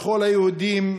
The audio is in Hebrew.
לכל היהודים,